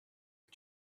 que